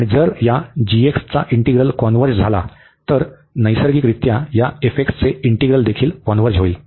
आणि जर या g चा इंटीग्रल कॉन्व्हर्ज झाला तर नैसर्गिकरित्या या f चे इंटीग्रल देखील कॉन्व्हर्ज होईल